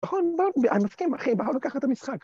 נכון, אני מסכים, אחי, בואו ניקח את המשחק.